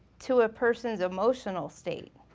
to a person's emotional state.